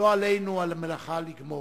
לא עלינו המלאכה לגמור,